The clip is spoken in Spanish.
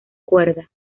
cuerda